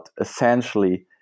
essentially